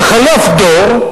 כחלוף דור,